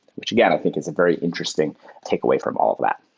which again i think is a very interesting takeaway from all of that.